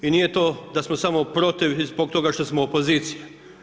I nije to da smo samo protiv i zbog toga što smo opozicija.